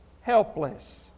helpless